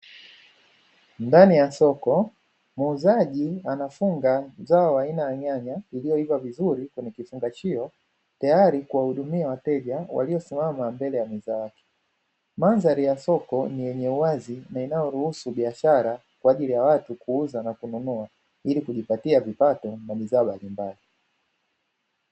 Ndani ya soko muuzaji anafunga mazao wa aina ya nyanya iliyoiva vizuri kwenye kifungachio tayari kuwahudumia wateja waliosimama mbele ya meza yake, mandhari ya soko ni yenye wazi na inayoruhusu biashara kwa ajili ya watu kuuza na kununua, ili kujipatia vipato na bidhaa za nyumbani.